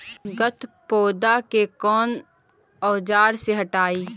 गत्पोदा के कौन औजार से हटायी?